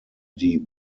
die